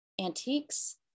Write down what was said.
antiques